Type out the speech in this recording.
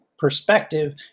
perspective